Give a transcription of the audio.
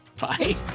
Bye